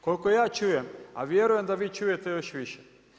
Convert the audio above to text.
Koliko ja čujem, a vjerujem da vi čujete još viješ.